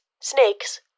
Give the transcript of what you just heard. snakes